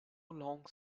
long